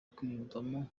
kwiyumvamo